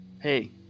Hey